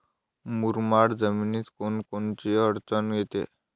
मुरमाड जमीनीत कोनकोनची अडचन येते?